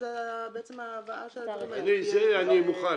לזה אני מוכן.